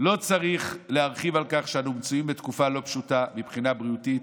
לא צריך להרחיב על כך שאנו מצויים בתקופה לא פשוטה מבחינה בריאותית,